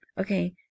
Okay